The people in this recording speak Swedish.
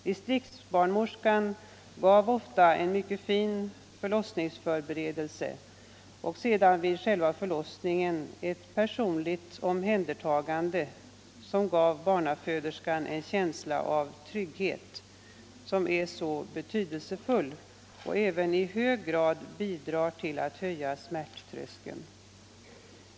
Distriktsbarnmorskan gav ofta en mycket fin förlossningsförberedelse och sedan vid själva förlossningen ett personligt omhändertagande vilket skänkte barnaföderskan den känsla av trygghet som är så betydelsefull och även i hög grad bidrar till att höja smärttröskeln.